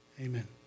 Amen